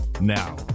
Now